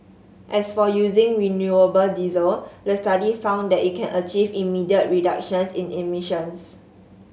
as for using renewable diesel the study found that it can achieve immediate reductions in emissions